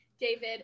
David